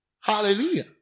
Hallelujah